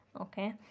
okay